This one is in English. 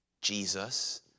Jesus